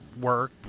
work